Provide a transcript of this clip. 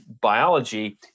biology